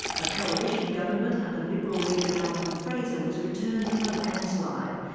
a coalition government under liberal leader, malcolm fraser, was returned in a landslide,